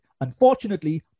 Unfortunately